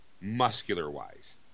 muscular-wise